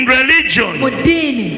religion